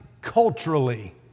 culturally